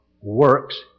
works